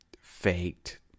faked